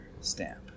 stamp